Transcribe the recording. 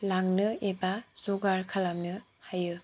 लांनो एबा जगार खालामनो हायो